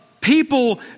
people